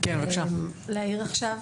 להעיר עכשיו?